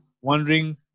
wondering